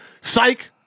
Psych